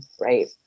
Right